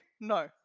No